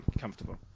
Comfortable